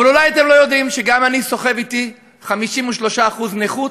אבל אולי אתם לא יודעים שגם אני סוחב אתי 53% נכות,